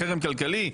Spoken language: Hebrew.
בחרם כלכלי?